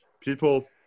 people